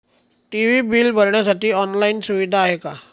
TV bill भरण्यासाठी online सुविधा आहे का?